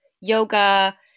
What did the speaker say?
yoga